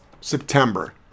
September